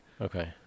Okay